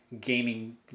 gaming